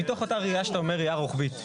מתוך אותה ראייה שאתה אומר ראייה רוחבית.